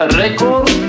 record